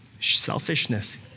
Selfishness